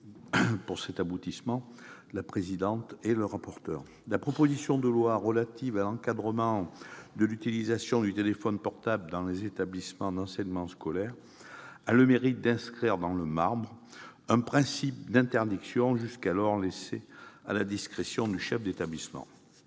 pour ce résultat. La proposition de loi relative à l'encadrement de l'utilisation du téléphone portable dans les établissements d'enseignement scolaire a le mérite d'inscrire dans le marbre le principe d'une interdiction jusqu'alors laissée à la discrétion du chef d'établissement.